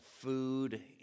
food